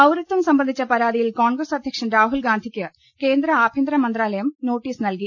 പൌരത്വം സംബന്ധിച്ച പരാതിയിൽ കോൺഗ്രസ് അധ്യക്ഷൻ രാഹുൽ ഗാന്ധിക്ക് കേന്ദ്ര ആഭ്യന്തര മന്ത്രാലയം നോട്ടീസ് നൽകി